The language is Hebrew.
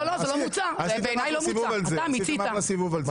אחלה סיבוב.